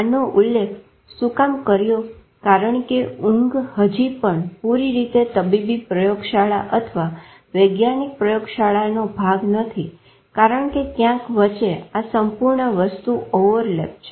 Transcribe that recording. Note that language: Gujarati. આનો ઉલ્લેખ શું કામ કર્યો કારણ કે ઊંઘ હજી પણ પૂરી રીતે તબીબી પ્રયોગશાળા અથવા વૈજ્ઞાનિક પ્રયોગશાળાનો ભાગ નથી કારણ કે ક્યાંક વચ્ચે આ સંપૂર્ણ વસ્તુ ઓવરલેપ છે